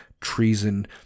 treason